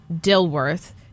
Dilworth